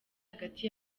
hagati